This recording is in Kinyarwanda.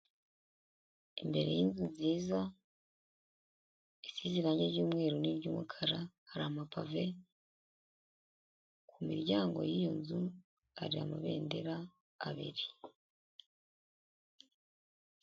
Imbere y'inzu nziza isize irange ry'umweru n'iry'umukara hari amapave ku miryango y'iyo nzu ari amabendera abiri.